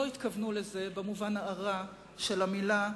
לא התכוונו לזה במובן הרע של המלה,